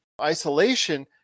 isolation